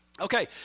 Okay